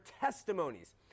testimonies